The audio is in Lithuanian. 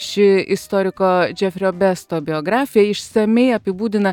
ši istoriko džefrio besto biografija išsamiai apibūdina